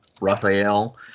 Raphael